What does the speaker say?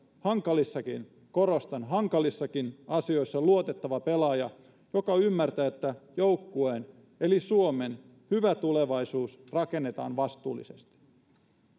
hankalissakin korostan hankalissakin asioissa luotettava pelaaja joka ymmärtää että joukkueen eli suomen hyvä tulevaisuus rakennetaan vastuullisesti